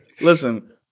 Listen